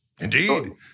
Indeed